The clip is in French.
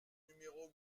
numéro